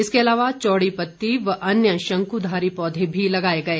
इसके अलावा चौड़ी पत्ती व अन्य शंकुधारी पौधे भी लगाए गए